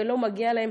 ולא מגיע להם